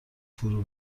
فرو